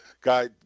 guy